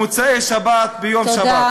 במוצאי-שבת, ביום שבת.